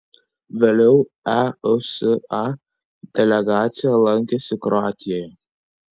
vėliau eusa delegacija lankėsi kroatijoje